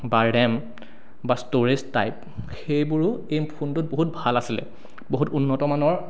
বা ৰেম বা storage type সেইবোৰো এই ফোনটোত বহুত ভাল আছিলে বহুত উন্নত মানৰ